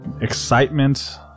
excitement